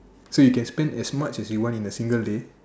so you can spend as much as you want in a single day